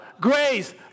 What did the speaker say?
Grace